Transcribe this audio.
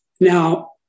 Now